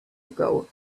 ago